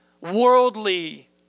Worldly